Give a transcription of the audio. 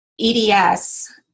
EDS